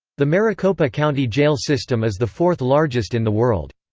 the maricopa county jail system is the fourth-largest in the world.